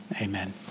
amen